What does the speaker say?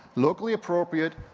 locally appropriate,